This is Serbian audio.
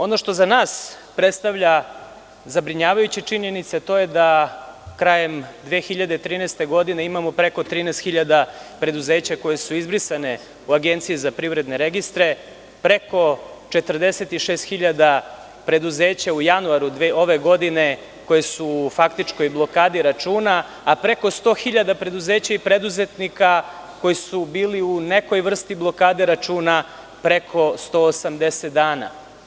Ono što za nas predstavlja zabrinjavajuće činjenice to je da krajem 2013. godine imamo preko 13.000 preduzeća koja su izbrisana u Agenciji za privredne registre, preko 46.000 preduzeća u januaru ove godine koja su u faktičkoj blokadi računa, a preko 100.000 preduzeća i preduzetnika koji su bili u nekoj vrsti blokade računa preko 180 dana.